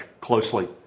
closely